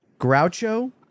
Groucho